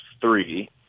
three